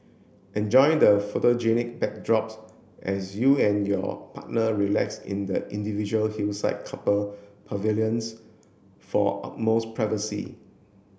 enjoy the photogenic backdrops as you and your partner relax in the individual hillside couple pavilions for utmost privacy